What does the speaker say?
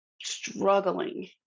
struggling